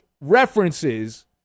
references